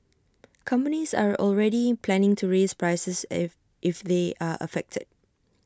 companies are already planning to raise prices if if they are affected